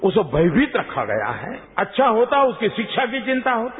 उसे भयभीत रखा गया है अच्छा होता उसकी शिक्षा की व्यक्स्था होती